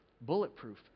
bulletproof